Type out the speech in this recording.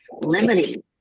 limiting